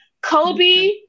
Kobe